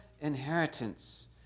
inheritance